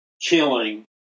killing